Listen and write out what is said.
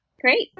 great